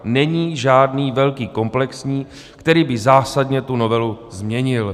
Není žádný velký komplexní, který by zásadně novelu změnil.